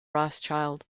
rothschild